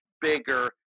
bigger